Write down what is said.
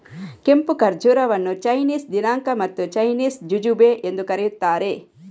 ಕೆಂಪು ಖರ್ಜೂರವನ್ನು ಚೈನೀಸ್ ದಿನಾಂಕ ಮತ್ತು ಚೈನೀಸ್ ಜುಜುಬೆ ಎಂದೂ ಕರೆಯುತ್ತಾರೆ